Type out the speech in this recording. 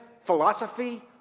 philosophy